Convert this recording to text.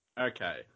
Okay